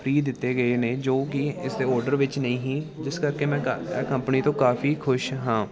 free ਦਿੱਤੇ ਗਏ ਨੇ ਜੋ ਕਿ ਇਸ ਦੇ ਔਡਰ ਵਿੱਚ ਨਹੀਂ ਜਿਸ ਕਰਕੇ ਮੈਂ ਕਾ ਕੰਪਨੀ ਤੋਂ ਕਾਫੀ ਖੁਸ਼ ਹਾਂ